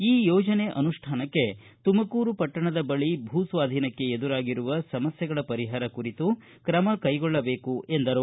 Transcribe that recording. ಈ ಯೋಜನೆ ಅನುಷ್ಠಾನಕ್ಕೆ ತುಮಕೂರು ಪಟ್ಟಣದ ಬಳಿ ಭೂಸ್ವಾಧೀನಕ್ಕೆ ಎದುರಾಗಿರುವ ಸಮಸ್ಯೆಗಳ ಪರಿಹಾರ ಕುರಿತು ಕ್ರಮ ಕೈಗೊಳ್ಳಬೇಕು ಎಂದರು